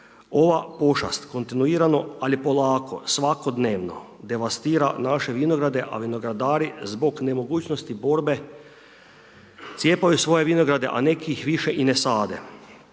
Ova pošast kontinuirano, ali polako, svakodnevno, devastira naše vinograde, a vinogradari, zbog nemogućnosti borbe, cijepaju svoje vinograde, a neki ih više ni ne sade.